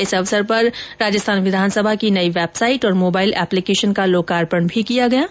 इस अवसर पर राजस्थान विधानसभा की नई वैबसाइट और मोबाईल एप्लीकेशन का लोकार्पण भी किया गया है